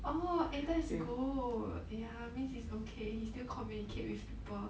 orh eh that's good ya means he's okay he still communicate with people